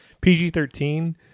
PG-13